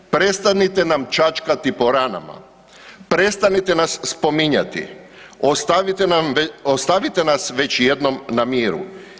Prestanite nam čačkati po ranama, prestanite nas spominjati, ostavite nas već jednom na miru.